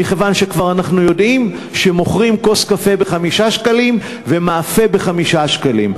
מכיוון שאנחנו כבר יודעים שמוכרים כוס קפה ב-5 שקלים ומאפה ב-5 שקלים.